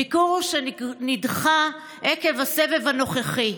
ביקור שנדחה עקב הסבב הנוכחי.